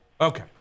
Okay